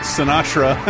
Sinatra